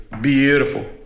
beautiful